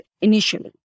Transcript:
initially